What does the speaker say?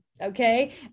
okay